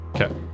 Okay